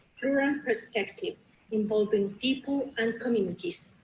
plural perspective involving people and communities.